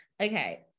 Okay